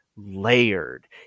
Layered